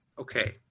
Okay